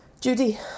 Judy